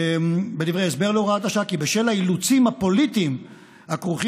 "להוראת השעה כי בשל האילוצים הפוליטיים הכרוכים